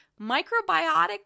microbiotic